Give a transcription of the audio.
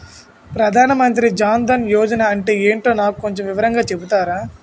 ప్రధాన్ మంత్రి జన్ దన్ యోజన అంటే ఏంటో నాకు కొంచెం వివరంగా చెపుతారా?